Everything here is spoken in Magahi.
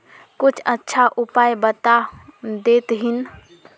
कुछ अच्छा उपाय बता देतहिन?